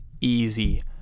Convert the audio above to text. easy